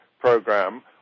program